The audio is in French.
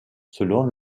selon